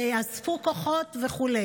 יאספו כוחות וכו'.